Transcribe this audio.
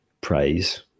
praise